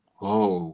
Whoa